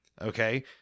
Okay